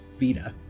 vita